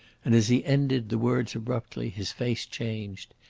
and as he ended the words abruptly his face changed.